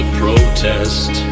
protest